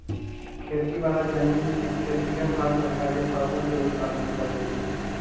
खेती वाला जमीन में खेतिहर हर प्रकार के फसल के उत्पादन करेलन